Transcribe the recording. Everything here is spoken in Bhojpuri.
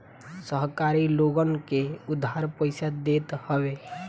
सहकारी लोगन के उधार पईसा देत हवे